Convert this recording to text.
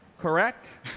Correct